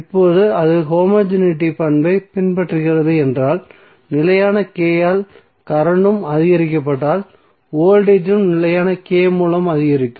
இப்போது அது ஹோமோஜெனிட்டி பண்பை பின்பற்றுகிறது என்றால் நிலையான K ஆல் கரண்டும் அதிகரிக்கப்பட்டால் வோல்டேஜ் ம் நிலையான K மூலம் அதிகரிக்கும்